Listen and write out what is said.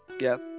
Yes